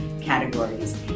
categories